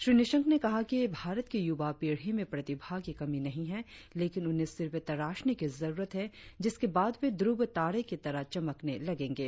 श्री निशंक ने कहा कि भारत की युवा पीढ़ी में प्रतिभा की कमी नहीं है लेकिन उन्हें सिर्फ तराशने की जरुरत है जिसके बाद वे ध्रव तारे की तरह चमकने लगेंगे